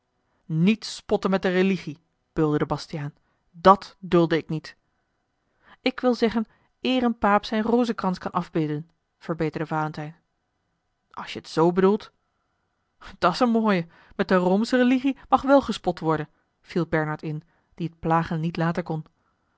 niet spotten met de religie bulderde bastiaan dàt dulde ik niet ik wil zeggen eer een paap zijn rozekrans kan afbidden verbeterde valentijn als je het z bedoelt dat's een mooie met de roomsche religie mag wèl gespot worden viel bernard in die het plagen niet laten kon